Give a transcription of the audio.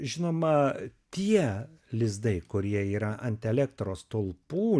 žinoma tie lizdai kurie yra ant elektros stulpų